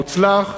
מוצלח,